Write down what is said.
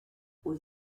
aux